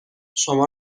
شما